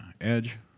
edge